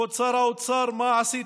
כבוד שר האוצר, מה עשית?